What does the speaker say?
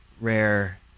rare